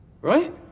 Right